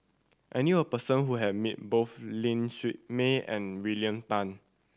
I knew a person who has met both Ling Siew May and William Tan